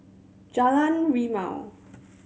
Jalan Rimau